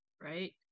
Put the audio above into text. right